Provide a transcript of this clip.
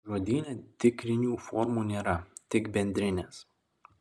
žodyne tikrinių formų nėra tik bendrinės